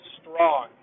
strong